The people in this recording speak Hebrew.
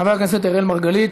חבר הכנסת אראל מרגלית.